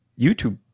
YouTube